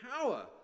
power